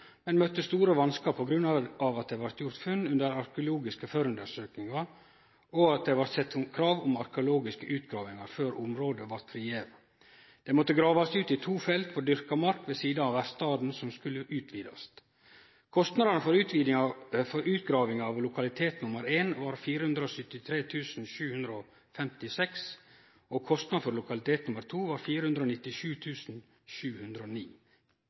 men møtte store vanskar på grunn av at det blei gjort funn under arkeologiske føregranskingar, og det var sett krav om arkeologiske utgravingar før området blei frigjeve. Det måtte gravast ut to felt på dyrka mark ved sida av verkstaden, som skulle utvidast. Kostnaden for utgraving av lokalitet nr. 1 var 473 756 kr, og kostnaden for lokalitet nr. 2 var